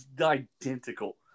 identical